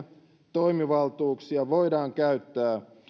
toimivaltuuksia voidaan käyttää